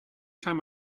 time